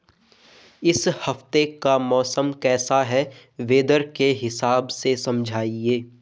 इस हफ्ते का मौसम कैसा है वेदर के हिसाब से समझाइए?